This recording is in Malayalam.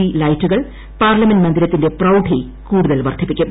ഡി ലൈറ്റുകൾ പാർലമെന്റ് മന്ദിരത്തിന്റെ പ്രൌഢി കൂടുതൽ വർദ്ധിപ്പിക്കും